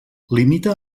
limita